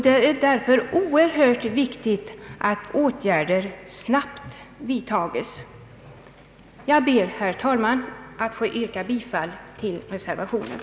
Det är därför viktigt att åtgärder snabbt vidtas. Jag ber, herr talman, att få yrka bifall till reservationen.